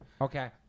Okay